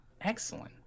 Excellent